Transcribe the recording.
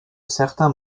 certains